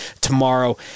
tomorrow